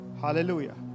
hallelujah